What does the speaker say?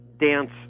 dance